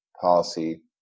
policy